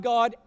God